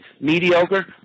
mediocre